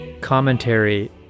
commentary